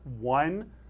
one